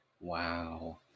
Wow